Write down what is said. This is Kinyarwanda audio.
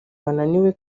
bananiwe